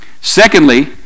Secondly